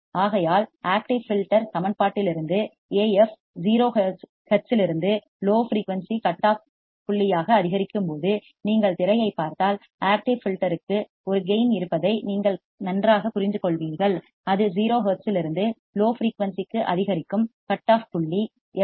ஆகையால் active filter சமன்பாட்டிலிருந்து Af 0 ஹெர்ட்ஸிலிருந்து லோ ஃபிரீயூன்சி கட் ஆஃப்ப்புள்ளியாக அதிகரிக்கும் போது நீங்கள் திரையைப் பார்த்தால் ஆக்டிவ் ஃபில்டர்க்கு ஒரு கேயின் இருப்பதை நீங்கள் நன்றாக புரிந்துகொள்வீர்கள் அது 0 ஹெர்ட்ஸிலிருந்து லோ ஃபிரீயூன்சிக்கு அதிகரிக்கும் கட் ஆஃப் புள்ளி எஃப்